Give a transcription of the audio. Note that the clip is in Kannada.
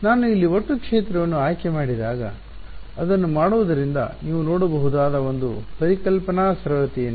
ನಾನು ಇಲ್ಲಿ ಒಟ್ಟು ಕ್ಷೇತ್ರವನ್ನು ಆಯ್ಕೆಮಾಡಿದಾಗ ಅದನ್ನು ಮಾಡುವುದರಿಂದ ನೀವು ನೋಡಬಹುದಾದ ಒಂದು ಪರಿಕಲ್ಪನಾ ಸರಳತೆ ಏನು